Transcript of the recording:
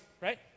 right